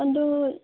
ꯑꯗꯨ